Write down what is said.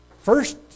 First